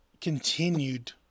continued